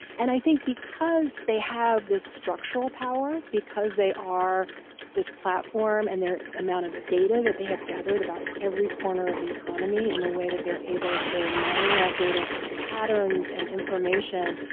and i think because they have this structural power, because they are this platform, and their amount of data that they have gathered about every corner of the economy, and the way that they're able to mine that data for patterns and information,